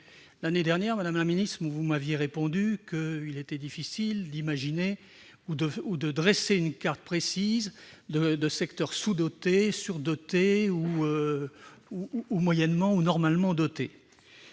L'année dernière, madame la ministre, vous m'aviez répondu qu'il était difficile de dresser une carte précise des secteurs sous-dotés, surdotés ou normalement dotés.